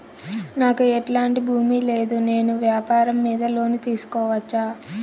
నాకు ఎట్లాంటి భూమి లేదు నేను వ్యాపారం మీద లోను తీసుకోవచ్చా?